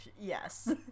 Yes